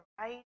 right